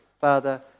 Father